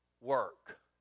work